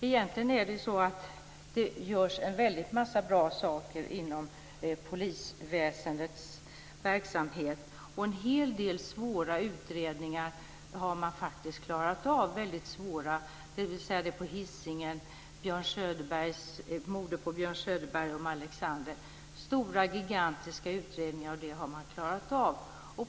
Egentligen är det så att det görs en väldig massa bra saker inom polisväsendet. En hel del väldigt svåra utredningar har man faktiskt klarat av. Det gäller utredningarna om det som hände på Hisingen, mordet på Björn Söderberg och morden i Malexander. Det är stora gigantiska utredningar, och det har man klarat av.